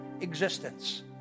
existence